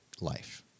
life